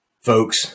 Folks